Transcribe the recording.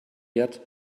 yet